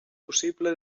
possible